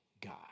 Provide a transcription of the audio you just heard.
God